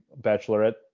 Bachelorette